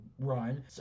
run